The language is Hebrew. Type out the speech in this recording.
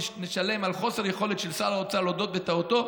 נשלם על חוסר היכולת של שר האוצר להודות בטעותו,